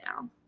now